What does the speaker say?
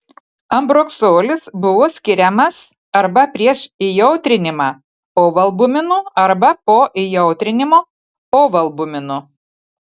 ambroksolis buvo skiriamas arba prieš įjautrinimą ovalbuminu arba po įjautrinimo ovalbuminu